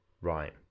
Right